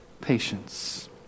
patience